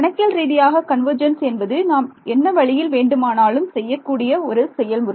கணக்கியல் ரீதியாக கன்வர்ஜென்ஸ் என்பது நாம் என்ன வழியில் வேண்டுமானாலும் செய்யக்கூடிய ஒரு செயல்முறை